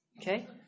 Okay